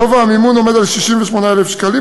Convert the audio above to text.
גובה המימון עומד על 68,000 שקלים,